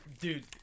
Dude